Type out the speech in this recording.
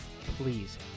please